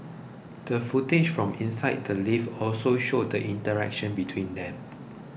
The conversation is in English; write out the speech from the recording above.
the footage from inside the lift also showed the interaction between them